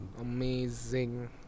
Amazing